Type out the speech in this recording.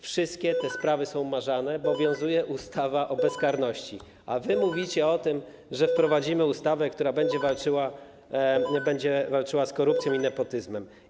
Wszystkie te sprawy są umarzane, bo obowiązuje ustawa o bezkarności, a wy mówicie o tym, że wprowadzimy ustawę, która będzie walczyła z korupcją i nepotyzmem.